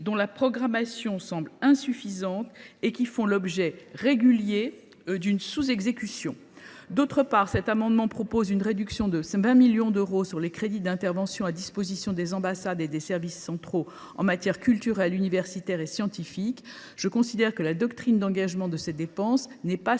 dont la programmation semble insuffisante et qui font régulièrement l’objet d’une sous exécution. D’autre part, cet amendement a pour objet de réduire de 20 millions d’euros des crédits d’intervention à disposition des ambassades et des services centraux en matière culturelle, universitaire et scientifique. Je considère que la doctrine d’engagement de ces dépenses n’est pas